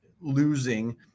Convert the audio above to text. losing